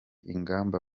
ingamba